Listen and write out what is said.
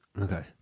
Okay